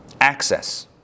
access